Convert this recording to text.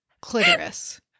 clitoris